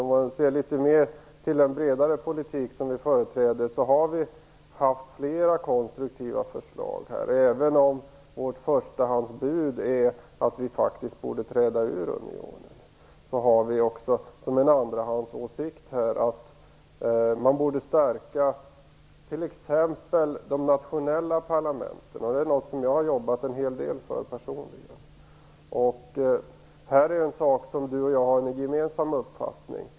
Om man ser till den bredare politik som vi företräder har vi haft flera konstruktiva förslag, även om vårt förstahandsbud är att vi faktiskt borde träda ur unionen. Som en andrahandsåsikt har vi att man t.ex. borde stärka de nationella parlamenten. Det är något som jag personligen har jobbat en hel del för. Detta är en sak som du och jag har en gemensam uppfattning om.